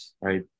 right